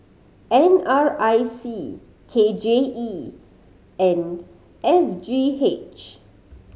N R I C K J E and S G H